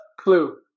Clue